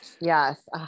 yes